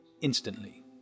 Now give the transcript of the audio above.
instantly